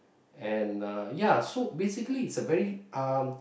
and uh ya so basically it's a very um